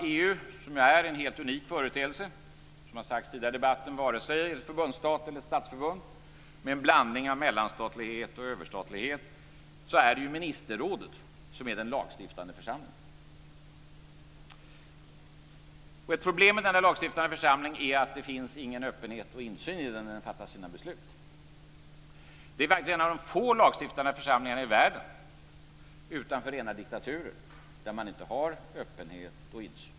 EU är en helt unik företeelse, som har sagts tidigare i debatten, och är inte vare sig en förbundsstat eller ett statsförbund, med en blandning av mellanstatlighet och överstatlighet, men det är ministerrådet som är den lagstiftande församlingen. Ett problem med denna lagstiftande församling är att det inte finns någon öppenhet och insyn i den när den fattar sina beslut. Det är en av de få lagstiftande församlingar i världen utanför rena diktaturer där man inte har öppenhet och insyn.